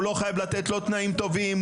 הוא לא חייב לתת לו תנאים טובים.